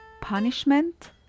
Punishment